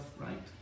right